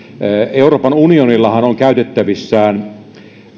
euroopan unionillahan on käytettävissään